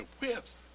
whips